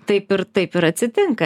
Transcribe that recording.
taip ir taip ir atsitinka